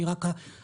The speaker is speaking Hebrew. אני רק אתקן.